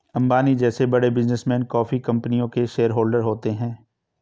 अंबानी जैसे बड़े बिजनेसमैन काफी कंपनियों के शेयरहोलडर होते हैं